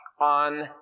on